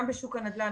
גם בשוק הנדל"ן,